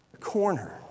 corner